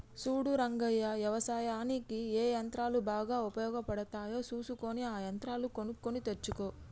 సూడు రంగయ్య యవసాయనిక్ ఏ యంత్రాలు బాగా ఉపయోగపడుతాయో సూసుకొని ఆ యంత్రాలు కొనుక్కొని తెచ్చుకో